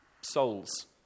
Souls